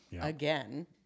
Again